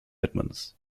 edmunds